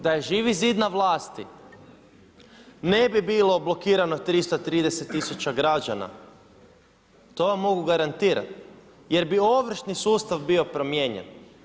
Da je Živi zid na vlasti ne bi bilo blokirano 330 tisuća građana to vam mogu garantirati jer bi ovršni sustav bio promijenjen.